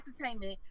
entertainment